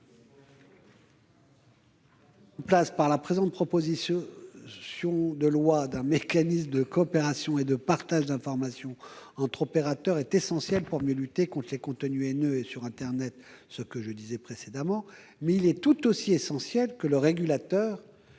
en place par la présente proposition de loi d'un mécanisme de coopération et de partage d'informations entre opérateurs est essentielle pour mieux lutter contre les contenus haineux sur internet, comme je viens de l'expliquer à l'instant. Il est tout aussi essentiel que le régulateur